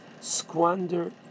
squander